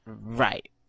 Right